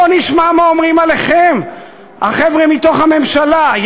בוא נשמע מה אומרים עליכם החבר'ה מתוך הממשלה: